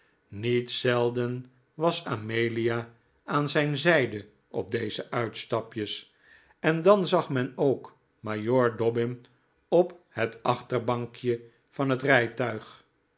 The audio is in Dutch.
niet zelden was amelia aan zijn zijde op deze uitstapjes en dan zag men ook majoor dobbin op het achterbankje van het rijtuig